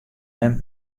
mem